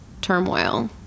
turmoil